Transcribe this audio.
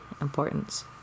importance